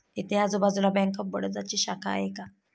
इथे आजूबाजूला bank of बडोदाची शाखा आहे का?